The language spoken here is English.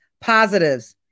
positives